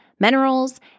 Minerals